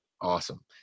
Awesome